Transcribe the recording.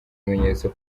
ibimenyetso